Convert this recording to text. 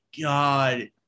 god